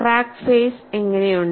crack face എങ്ങനെയുണ്ട്